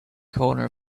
corner